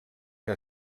que